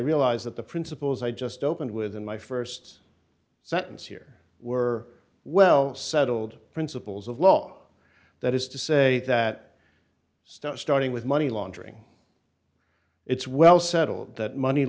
realize that the principles i just opened with in my st sentence here were well settled principles of law that is to say that stuff starting with money laundering it's well settled that money